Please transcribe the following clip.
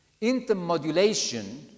intermodulation